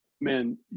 man